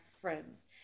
friends